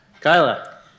kyla